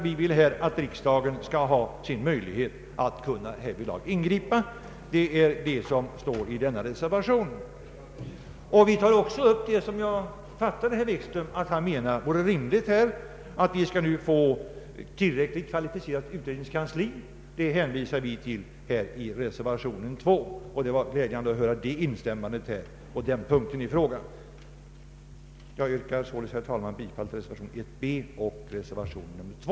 Vi önskar att riksdagen skall ha möjlighet att utse ledamöter av radionämnden. Vi tar i reservationen också upp vad jag fattade att herr Wikström ansåg vara rimligt, nämligen att Sveriges Radio skall få ett kvalificerat utredningskansli. Det var glädjande att höra ett instämmande på den punkten. Herr talman! Jag yrkar således bifall till reservationen 1 b och reservationen 2.